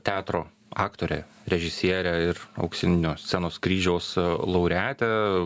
teatro aktorę režisierę ir auksinio scenos kryžiaus laureatę